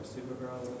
Supergirl